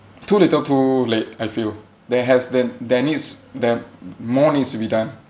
too little too late I feel there has there there needs there more needs to be done